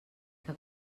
que